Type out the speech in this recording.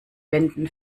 wänden